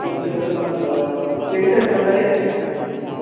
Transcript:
ਫੂਲ ਚੱਕਰ ਮੁਹੱਲਾ ਕਿਹੜੀ ਸਾਈਡ ਪੈਂਦਾ ਇਹ